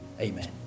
Amen